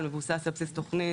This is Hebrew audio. על בסיס תוכנית,